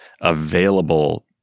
available